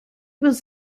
was